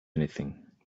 anything